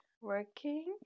Working